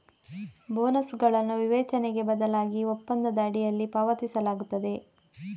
ಬೋನಸುಗಳನ್ನು ವಿವೇಚನೆಗೆ ಬದಲಾಗಿ ಒಪ್ಪಂದದ ಅಡಿಯಲ್ಲಿ ಪಾವತಿಸಲಾಗುತ್ತದೆ